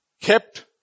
kept